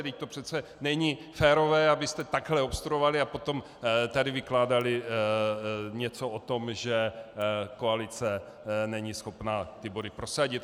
Vždyť to přece není férové, abyste takhle obstruovali a potom tady vykládali něco o tom, že koalice není schopná ty body prosadit.